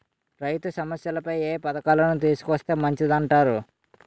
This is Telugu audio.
రైతు సమస్యలపై ఏ పథకాలను తీసుకొస్తే మంచిదంటారు?